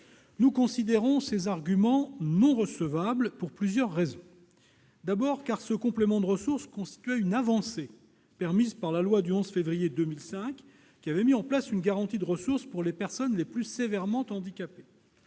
Nous considérons que ces arguments ne sont pas recevables, pour plusieurs raisons. Tout d'abord, ce complément de ressources constituait une avancée permise par la loi du 11 février 2005, laquelle avait mis en place une garantie de ressources pour les personnes les plus sévèrement handicapées.